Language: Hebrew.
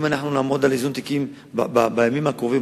אם אנחנו נעמוד על איזון תיקים בימים הקרובים,